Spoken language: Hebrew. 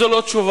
כי זה לא תשובה.